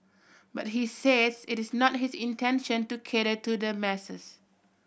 but he says it is not his intention to cater to the masses